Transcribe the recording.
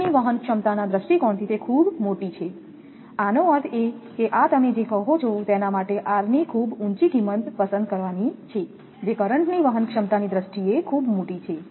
current ની વહન ક્ષમતાના દૃષ્ટિકોણથી તે ખૂબ મોટી છે આનો અર્થ એ કે આ તમે જે કહો છો તેના માટે મારે r ની ખૂબ ઉંચી કિંમત પસંદ કરવાની છે જે કરંટ ની વહન ક્ષમતાની દ્રષ્ટિએ ખૂબ મોટી છે